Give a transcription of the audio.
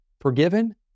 Forgiven